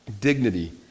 Dignity